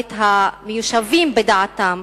אבל המיושבים בדעתם,